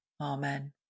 Amen